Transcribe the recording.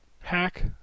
hack